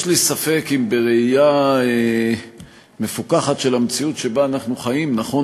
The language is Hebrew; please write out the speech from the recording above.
יש לי ספק אם בראייה מפוכחת של המציאות שבה אנחנו חיים נכון